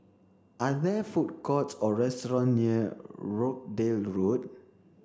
are there food courts or restaurant near Rochdale Road